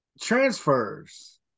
transfers